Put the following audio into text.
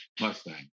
Mustang